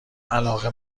علاقه